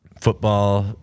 football